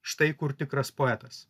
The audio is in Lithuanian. štai kur tikras poetas